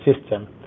system